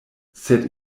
sed